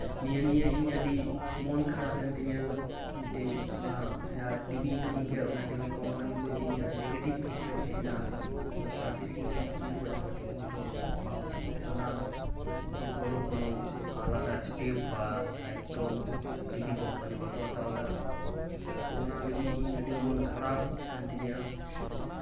ᱱᱤᱭᱟᱹ ᱱᱤᱭᱮ ᱤᱧ ᱟᱹᱰᱤ ᱢᱚᱱ ᱠᱷᱟᱨᱟᱵᱮᱱ ᱛᱤᱧᱟᱹ ᱢᱤᱫᱴᱮᱡ ᱚᱱᱟ ᱡᱟᱦᱟ ᱴᱤᱵᱤᱧ ᱠᱤᱨᱤᱧᱠᱮᱫᱟ ᱚᱱᱟ ᱴᱤᱵᱷᱤ ᱠᱚᱢᱯᱟᱱᱤ ᱯᱚᱛᱤ ᱤᱧᱟᱹᱜ ᱱᱮᱜᱮᱴᱤᱵ ᱯᱷᱤᱰᱵᱮᱠ ᱦᱮᱡ ᱮᱱᱟ ᱛᱚ ᱥᱟᱨᱵᱤᱥᱤᱝ ᱮᱫ ᱛᱤᱧᱟᱹᱠᱚ ᱮᱱᱨᱮᱦᱚᱸ ᱴᱷᱤᱠ ᱢᱚᱛᱚ ᱵᱟᱝ ᱴᱷᱤᱠᱚᱜ ᱠᱟᱱᱟ ᱮᱨᱯᱚᱨᱳ ᱠᱚᱱᱳ ᱟᱞᱟᱫᱟ ᱥᱴᱮᱯ ᱵᱟ ᱫᱟᱭᱤᱛᱚ ᱩᱱᱠᱩ ᱴᱤᱵᱷᱤ ᱠᱚᱢᱯᱟᱱᱤ ᱵᱟᱠᱚ ᱦᱟᱛᱟᱣᱮᱫᱟ ᱛᱚ ᱚᱱᱟᱞᱟᱹᱜᱤᱫ ᱤᱧ ᱢᱚᱱ ᱟᱹᱰᱤ ᱠᱷᱟᱨᱟᱯ ᱮᱱ ᱛᱤᱧᱟᱹ